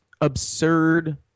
absurd